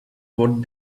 what